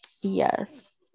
yes